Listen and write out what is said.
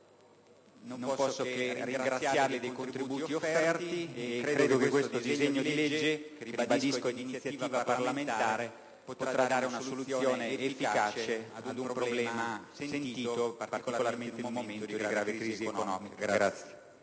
Non posso che ringraziare ancora dei contributi offerti. Ritengo che questo disegno di legge, ribadisco, di iniziativa parlamentare, potrà dare una soluzione efficace ad un problema sentito particolarmente in un momento di grave crisi economica.